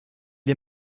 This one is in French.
est